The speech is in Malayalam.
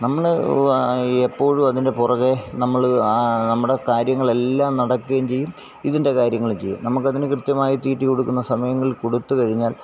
നമ്മൾ എപ്പോഴും അതിൻ്റെ പുറകെ നമ്മൾ ആ നമ്മുടെ കാര്യങ്ങൾ എല്ലാം നടക്കുകയും ചെയ്യും ഇതിൻ്റെ കാര്യങ്ങളും ചെയ്യും നമ്മൾക്ക് അതിന് കൃത്യമായി തീറ്റികൊടുക്കുന്ന സമയങ്ങളിൽ കൊടുത്ത് കഴിഞ്ഞാൽ